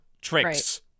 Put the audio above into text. tricks